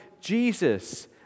Jesus